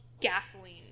gasoline